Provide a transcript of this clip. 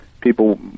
people